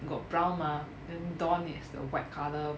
got brown mah then don is the white colour